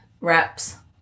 reps